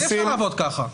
אבל אי-אפשר לעבוד כך.